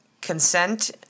consent